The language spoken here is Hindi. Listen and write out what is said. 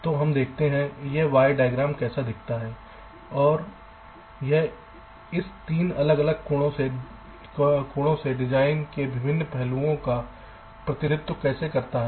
तो हम देखते हैं कि यह Y diagram कैसा दिखता है और यह इस 3 अलग अलग कोणों से डिजाइन के विभिन्न पहलुओं का प्रतिनिधित्व कैसे कर सकता है